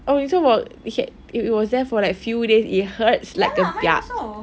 oh you also got had it it was there for like few days it hurts like a biatch